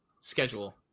schedule